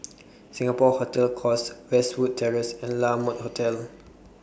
Singapore Hotel Course Westwood Terrace and La Mode Hotel